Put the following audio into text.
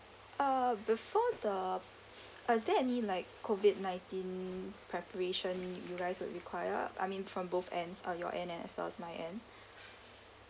uh before the uh is there any like COVID nineteen preparation you guys would require I mean from both ends uh your end as well as my end